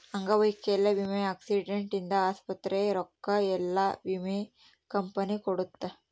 ಅಂಗವೈಕಲ್ಯ ವಿಮೆ ಆಕ್ಸಿಡೆಂಟ್ ಇಂದ ಆಸ್ಪತ್ರೆ ರೊಕ್ಕ ಯೆಲ್ಲ ವಿಮೆ ಕಂಪನಿ ಕೊಡುತ್ತ